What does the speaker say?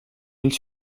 elles